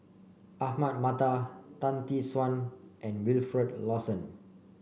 Ahmad Mattar Tan Tee Suan and Wilfed Lawson